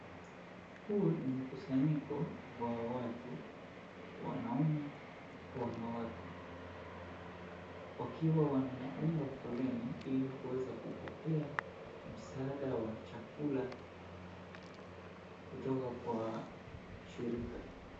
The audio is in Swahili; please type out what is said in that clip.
Huo ni mkusanyiko wa watu wanaume kwa wanawake wakiwa kwenye foleni hili waweze kupokea msaada wa chakula kutoka kwa shirika.